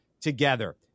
together